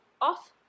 off